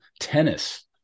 tennis